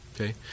Okay